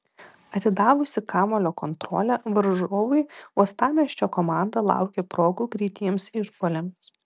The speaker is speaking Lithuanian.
atidavusi kamuolio kontrolę varžovui uostamiesčio komanda laukė progų greitiems išpuoliams